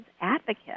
advocate